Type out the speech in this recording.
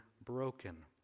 broken